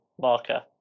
marker